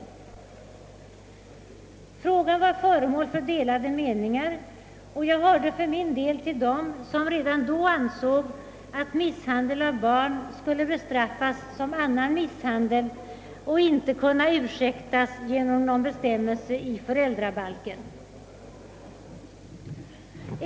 Det rådde delade meningar om denna fråga och jag hörde för min del till dem som redan då ansåg att misshandel av barn skulle bestraffas som annan misshandel och inte skulle kunna ursäktas genom någon bestämmelse i föräldrabalken.